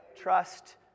trust